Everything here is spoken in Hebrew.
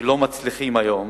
לא מצליחים היום